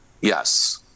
Yes